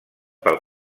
pel